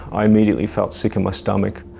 i immediately felt sick in my stomach.